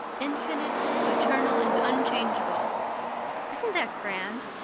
infinite, eternal and unchangeable isn't that grand?